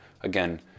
again